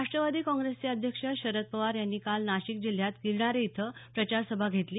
राष्ट्रवादी काँग्रेसचे अध्यक्ष शरद पवार यांची काल नाशिक जिल्ह्यात गिरणारे इथं प्रचारसभा झाली